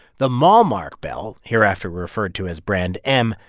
the malmark bell, hereafter referred to as brand m,